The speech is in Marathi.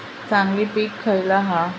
चांगली पीक खयला हा?